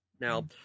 Now